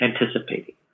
anticipating